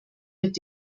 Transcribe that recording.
mit